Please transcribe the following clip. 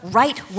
right